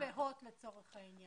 גם יס ו-הוט לצורך העניין.